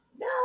no